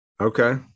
Okay